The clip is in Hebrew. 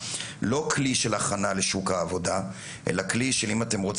אז למשל